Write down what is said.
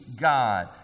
God